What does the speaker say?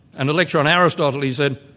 and a lecture on aristotle he said,